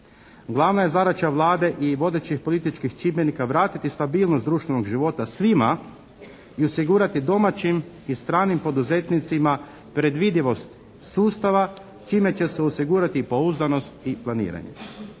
Glavna je zadaća Vlade i vodećih političkih čimbenika vratiti stabilnost društvenog života svima i osigurati domaćim i stranim poduzetnicima predvidivost sustava čime će se osigurati pouzdanost i planiranje.